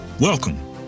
Welcome